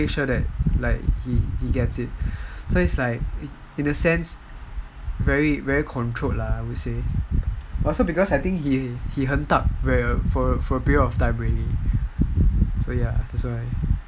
he will make sure that he gets it in a sense very controlled lah cause mine he for a period of time already that's why